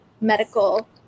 medical